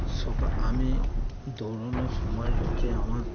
সকা আমি দৌড়ানোর সময় হচ্ছে আমার